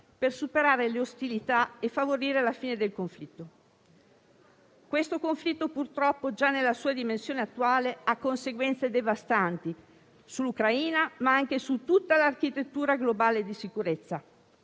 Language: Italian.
per superare le ostilità e favorire la fine del conflitto. Questo conflitto purtroppo già nella sua dimensione attuale ha conseguenze devastanti sull'Ucraina, ma anche su tutta l'architettura globale di sicurezza,